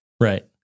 Right